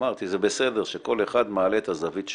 אמרתי שזה בסדר שכל אחד מעלה את הזווית שלו,